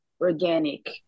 organic